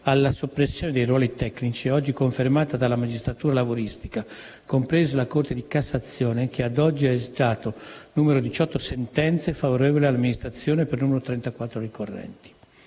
alla soppressione dei ruoli tecnici, è oggi confermata dalla magistratura lavoristica, compresa la Corte di cassazione, che ad oggi ha esitato 18 sentenze favorevoli all'Amministrazione per 34 ricorrenti.